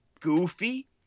goofy